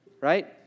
Right